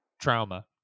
trauma